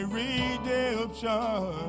redemption